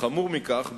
וחמור מכך,